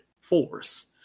force